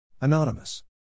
Anonymous